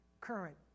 current